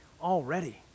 already